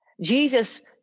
Jesus